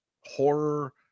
horror